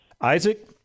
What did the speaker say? Isaac